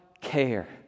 care